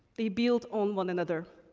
they build on one another.